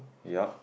yeap